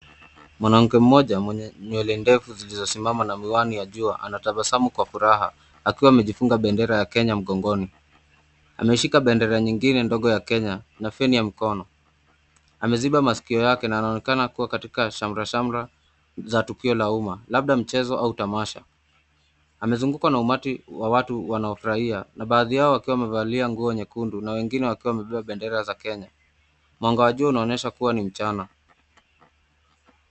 Mwanamke mmoja mwenye nywele ndefu zilizosimama na miwani ya jua anatabasamu kwa furaha akiwa amejifunga bendera ya Kenya mgongoni. Ameshika bendera nyingine ndogo ya Kenya na feni ya mkono. Amezinga masikio yake na anaonekana kuwa katika shamrashamra za tukio la umma, labda mchezo au tamasha. Amezungukwa na umati wa watu wanaofurahia na baadhi yao wakiwa wamevalia nguo nyekundu na wengine wakiwa wamebeba bendera za Kenya. Mwanga wa jua unaonyesha kuwa ni mchana.